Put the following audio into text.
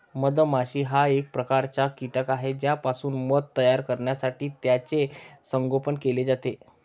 मधमाशी हा एक प्रकारचा कीटक आहे ज्यापासून मध तयार करण्यासाठी त्याचे संगोपन केले जाते